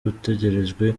utegerejwe